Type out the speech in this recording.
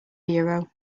hero